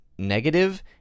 negative